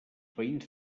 veïns